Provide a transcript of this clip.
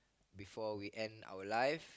before we end our life